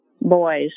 Boys